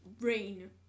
rain